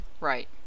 Right